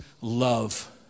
love